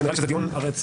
נראה לי שזה דיון הרציפות